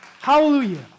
Hallelujah